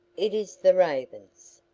it is the ravens.